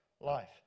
life